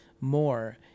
more